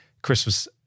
Christmas